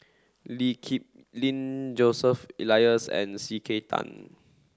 Lee Kip Lin Joseph Elias and C K Tang